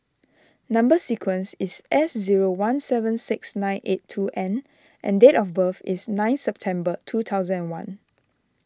Number Sequence is S zero one seven six nine eight two N and date of birth is nine September two thousand and one